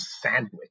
sandwich